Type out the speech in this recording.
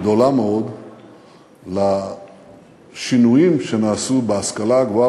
גדולה מאוד לשינויים שנעשו בהשכלה הגבוהה